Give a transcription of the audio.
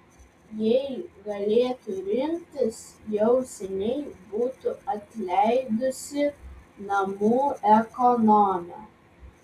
jei galėtų rinktis jau seniai būtų atleidusi namų ekonomę